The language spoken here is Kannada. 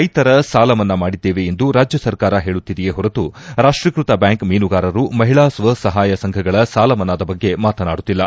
ರೈತರ ಸಾಲ ಮನ್ನಾ ಮಾಡಿದ್ದೇವೆ ಎಂದು ರಾಜ್ಯ ಸರ್ಕಾರ ಹೇಳುತ್ತಿದೆಯೇ ಹೊರತು ರಾಷ್ಟೀಕೃತ ಬ್ಯಾಂಕ್ ಮೀನುಗಾರರು ಮಹಿಳಾ ಸ್ವ ಸಹಾಯ ಸಂಘಗಳ ಸಾಲ ಮನ್ನಾದ ಬಗ್ಗೆ ಮಾತನಾಡುತ್ತಿಲ್ಲ